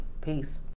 Peace